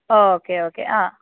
okay okay ആ